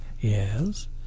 Yes